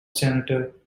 senator